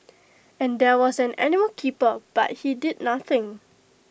and there was an animal keeper but he did nothing